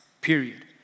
period